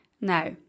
Now